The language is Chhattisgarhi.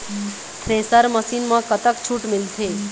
थ्रेसर मशीन म कतक छूट मिलथे?